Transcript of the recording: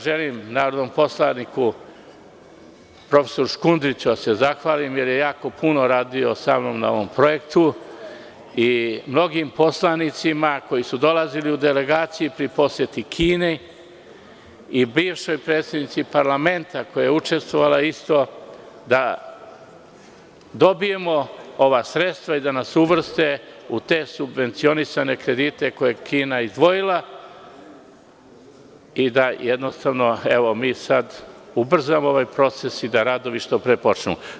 Želim narodnom poslaniku prof. Škundriću da se zahvalim jer je jako puno radio samnom na ovom projektu i mnogim poslanicima koji su dolazili u delegaciju pri poseti Kine i bivšoj predsednici parlamenta koja je isto učestvovala u tome da dobijemo ova sredstva i da nas uvrste u te subvencionisane kredite koje je Kina izdvojila i da sada ubrzamo ovaj proces i da radovi što pre počnu.